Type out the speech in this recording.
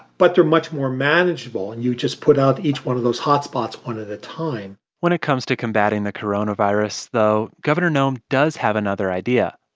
but they're much more manageable, and you just put out each one of those hotspots one at a time when it comes to combating the coronavirus, though, governor noem does have another idea.